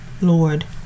Lord